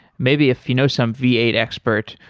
maybe if you know some v eight expert,